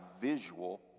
visual